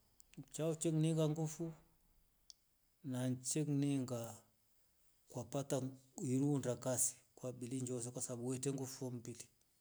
Chao che ninga ngufu na che ninga kwapata irunda kasi kwa bidii njose kwa sababu wete ngufuu fo mbili.